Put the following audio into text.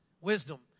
Wisdom